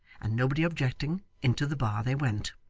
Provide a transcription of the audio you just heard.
and nobody objecting, into the bar they went.